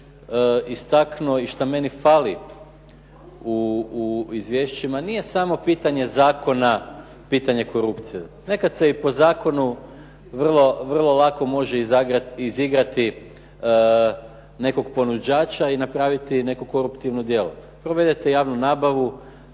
istaknuo i šta meni fali u izvješćima, nije samo pitanje zakona pitanje korupcije. Nekada se i po zakonu vrlo, vrlo lako može izigrati nekog ponuđača i napraviti neko korumptivno djelo. Provedete javnu nabavu,